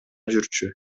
жүрчү